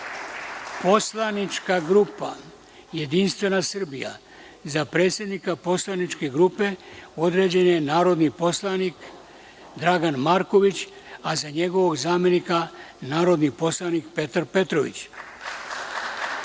Poslanička grupa Jedinstvena Srbija – za predsednika poslaničke grupe određen je narodni poslanik Dragan Marković, a za njegovog zamenika narodni poslanik Petar Petrović;